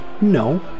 No